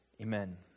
Amen